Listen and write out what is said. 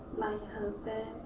my husband